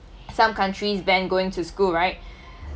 some countries banned going to school right